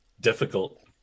difficult